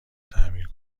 تعمیر